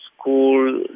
school